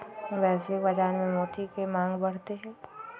वैश्विक बाजार में मोती के मांग बढ़ते हई